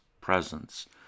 presence